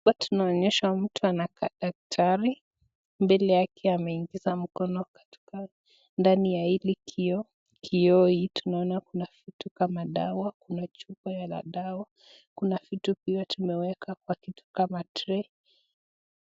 Hapa tunaonyeshwa mtu anakaa daktari mbele yake ameingisha mkono wake katika ndani ya hili kioo, kioo hii tunaona kuna vitu kama dawa, kuna chupa ya dawa, kuna vitu vimewekwa kwa kitu kama tray .